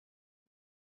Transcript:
بود